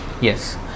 Yes